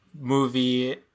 movie